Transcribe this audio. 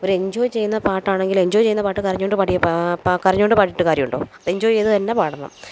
ഒരെഞ്ചോയ് ചെയ്യുന്ന പാട്ടാണെങ്കിലെഞ്ചോയ് ചെയ്യുന്ന പാട്ട് കരഞ്ഞോണ്ട് പാടിയ പ കരഞ്ഞോണ്ട് പാടിയിട്ട് കാര്യമുണ്ടോ എഞ്ചോയ് ചെയ്ത് തന്നെ പാടണം